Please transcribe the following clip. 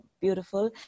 Beautiful